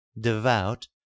devout